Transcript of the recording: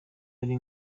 ari